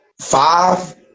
Five